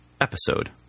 Episode